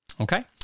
okay